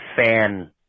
fan